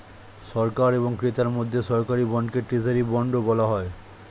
সরকার এবং ক্রেতার মধ্যে সরকারি বন্ডকে ট্রেজারি বন্ডও বলা হয়